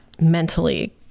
mentally